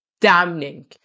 damning